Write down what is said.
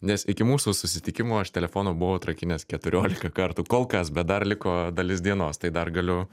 nes iki mūsų susitikimo aš telefoną buvau atrakinęs keturioliką kartų kol kas bet dar liko dalis dienos tai dar galiu